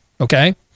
Okay